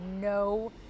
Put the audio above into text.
no